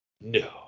No